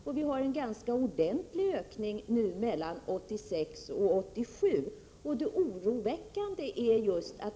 Vi har haft en ganska ordentlig ökning nu mellan 1986 och 1987.